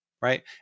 right